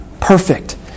perfect